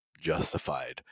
justified